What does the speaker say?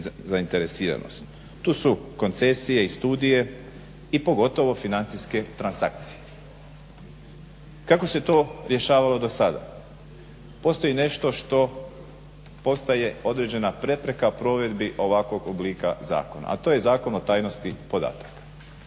Tu su koncesije i studije i pogotovo financijske transakcije. Kako se to rješavalo do sada? Postoji nešto što postaje određena prepreka provedbi ovakvog oblika zakona, a to je Zakon o tajnosti podataka.